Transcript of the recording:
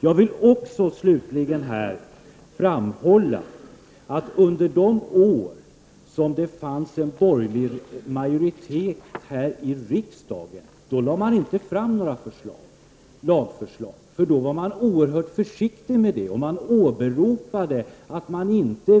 Jag vill slutligen också framhålla att man inte lade fram något lagförslag under de år det fanns borgerlig majoritet här i riksdagen. Man var oerhört försiktig med att göra detta och åberopade att man inte